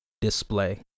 display